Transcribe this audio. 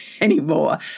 anymore